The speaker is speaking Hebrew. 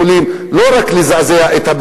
פעלנו כולנו יחד על מנת שנוכל לקדם חקיקה,